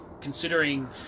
considering